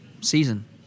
season